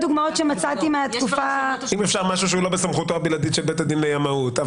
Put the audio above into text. --- אם אפשר משהו שלא בסמכותו הבלעדית של בית הדין לימאות.